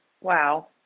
Wow